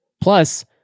Plus